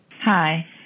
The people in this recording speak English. Hi